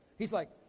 he's like,